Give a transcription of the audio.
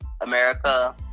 America